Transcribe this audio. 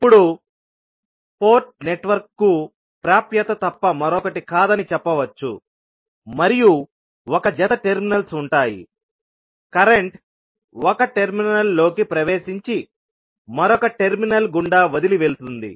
ఇప్పుడు పోర్ట్ నెట్వర్క్కు ప్రాప్యత తప్ప మరొకటి కాదని చెప్పవచ్చు మరియు ఒక జత టెర్మినల్స్ ఉంటాయి కరెంట్ ఒక టెర్మినల్లోకి ప్రవేశించి మరొక టెర్మినల్ గుండా వదిలి వెళుతుంది